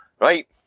right